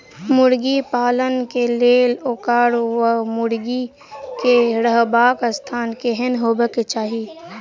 मुर्गी पालन केँ लेल ओकर वा मुर्गी केँ रहबाक स्थान केहन हेबाक चाहि?